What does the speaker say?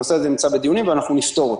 הנושא הזה נמצא בדיונים ואנחנו נפתור אותו.